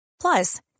Plus